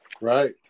Right